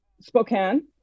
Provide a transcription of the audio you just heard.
Spokane